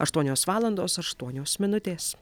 aštuonios valandos aštuonios minutės